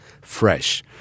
fresh